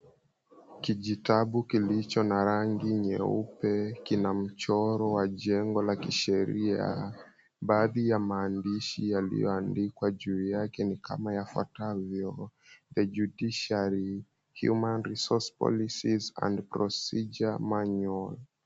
Kijitabu kilicho na rangi nyeupe kina mchoro wa jengo la kisheria. Baadhi ya maandishi yaliyoandikwa juu yake ni kama yafuatavyo, "The Judiciary: Human Resource Policies and Procedure Manual".